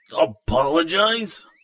Apologize